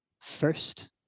first